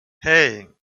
hey